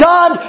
God